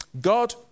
God